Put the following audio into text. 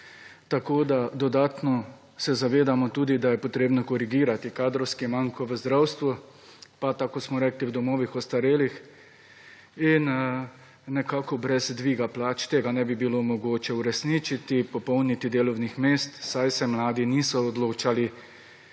Tako da, dodatno se zavedamo tudi, da je potrebno korigirati kadrovski manko v zdravstvu, pa, tako kot smo rekli, v domovih ostarelih in nekako brez dviga plač tega ne bi bilo mogoče uresničiti, popolniti delovnih mest, saj se mladi niso odločali